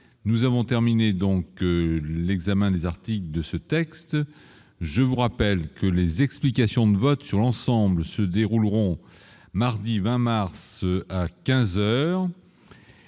nous avons terminé donc l'examen des articles de ce texte, je vous rappelle que les explications de vote sur l'ensemble se dérouleront mardi 20 mars à 15